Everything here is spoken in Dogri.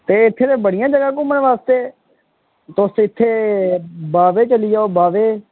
ते इत्थें ते बड़ियां जगह न घुम्मनै बास्तै तुस इत्थें बाह्वे चली जाओ बाह्वे